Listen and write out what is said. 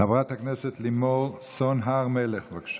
חברת הכנסת לימור סון הר מלך, בבקשה.